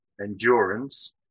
endurance